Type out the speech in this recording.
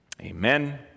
amen